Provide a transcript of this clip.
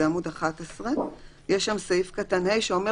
זה בעמוד 11. יש שם סעיף קטן (ה) שאומר